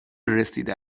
رسیده